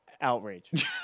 Outrage